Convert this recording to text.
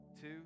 two